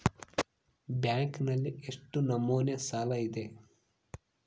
ಬ್ಯಾಂಕಿನಲ್ಲಿ ಎಷ್ಟು ನಮೂನೆ ಸಾಲ ಇದೆ?